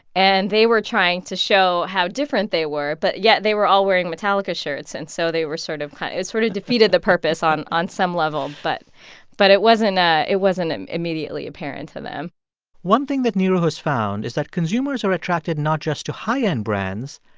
and they were trying to show how different they were. but yet they were all wearing metallica shirts, and so they were sort of kind of it sort of defeated the purpose on on some level. but but it wasn't a it wasn't ah immediately apparent to them one thing that neeru has found is that consumers are attracted not just to high-end brands,